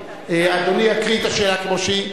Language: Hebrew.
אדוני יקריא את השאלה כמו שהיא.